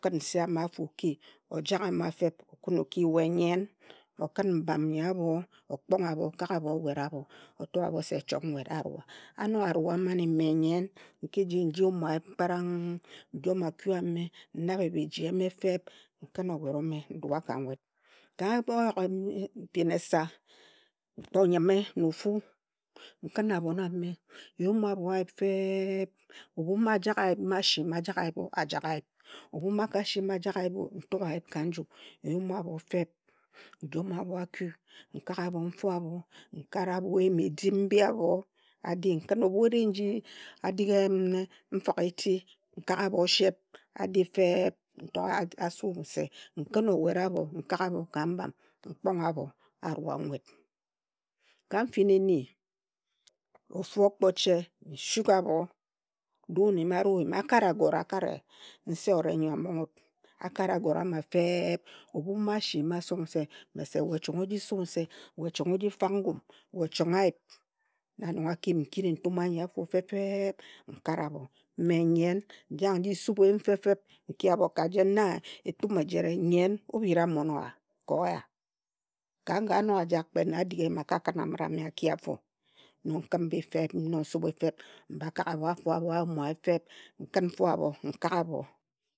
Okhin nse amafo oki, ojaghe m ma feb, pokhim oki. We nnyen, okhin mbam nyi abho okpong abho okak abho owet abho. Oto abho se chong nwet, a rua. A nog arua mane mme nyen nki ji nji yume ayip kparang, njome aku a me, nnabe biji eme feb, nkhim owet ome ndua ka nwet. Ka oyoghe mfin esa, nkpo nyime na ofu, nkhin abhon ame, nyume abho ayip fe-eb, ebhu mma ajag ayip, mma esi mma ajag ayipo, ajag. Ebhu mma aka si mma ajag ayip o, ntuk ayip ka nju nyume abho feb. Njome abho aku, nkak abho nfo abho, nkare abho eyim edim mbi abho adi. khim ebhu eri nji adig nfik eti, nkak abho osep, adi feb, nto a su nse, nkhin owet abho nkak abho ka mban, nkpong abha, arua nwet. ka mfin eri. ofu okpo che, nsuk abho 'uun nyimi arue, akara agore, akare nse owure nyo a monghe wut. Akare agore ama feb. ebhu mma asi mma asuk nse, mese chong oji su nse, we chong oji fag ngum, we chang ayip. Na nong aki yun, nkiri ntun anyi afo fe feb nkare abho. Mme nyen njag nji subhe eyim fe feb nki abho ka jen, na etum ejire. Nyen, obhira mmon oo ka oya, ka jen anog ojak kpe nne adig eyim aka khin amit ame aki afo. Nnog nkhin mbi feb nnog nsubhe feb, mba kak abho afo abho ayume ayip abho feb, nkin mfo abho nkak abho.